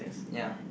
ya